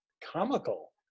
comical